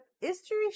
history